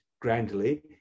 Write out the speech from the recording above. grandly